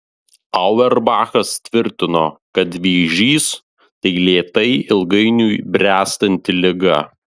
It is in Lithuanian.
auerbachas tvirtino kad vėžys tai lėtai ilgainiui bręstanti liga